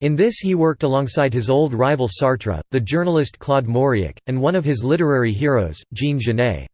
in this he worked alongside his old rival sartre, the journalist claude mauriac, and one of his literary heroes, jean genet.